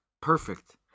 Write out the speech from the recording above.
Perfect